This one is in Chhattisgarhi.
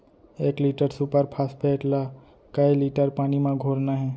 एक लीटर सुपर फास्फेट ला कए लीटर पानी मा घोरना हे?